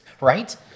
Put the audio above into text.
Right